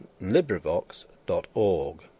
LibriVox.org